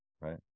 right